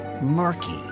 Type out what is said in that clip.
murky